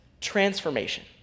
transformation